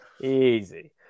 Easy